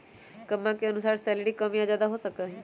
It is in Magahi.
कम्मा के अनुसार सैलरी कम या ज्यादा हो सका हई